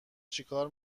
چیکار